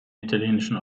italienischen